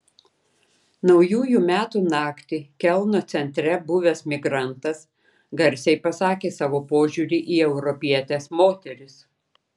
naujųjų metų naktį kelno centre buvęs migrantas garsiai pasakė savo požiūrį į europietes moteris